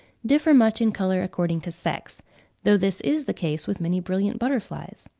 differ much in colour according to sex though this is the case with many brilliant butterflies.